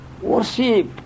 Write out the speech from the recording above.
worship